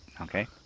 Okay